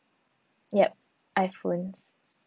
yup iphones